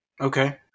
Okay